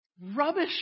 Rubbish